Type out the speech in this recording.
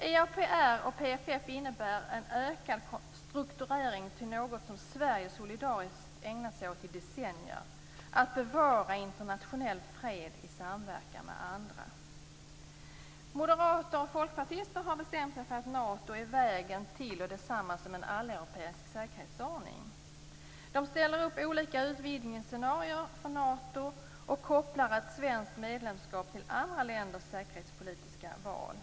EAPR och PFF innebär en ökad strukturering till något som Sverige solidariskt ägnat sig åt i decennier: att bevara internationell fred i samverkan med andra. Moderater och folkpartister har bestämt sig för att Nato är vägen till, och detsamma som, en alleuropeisk säkerhetsordning. De ställer upp olika utvidgningsscenarier för Nato och kopplar ett svenskt medlemskap till andra länders säkerhetspolitiska val.